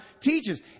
teaches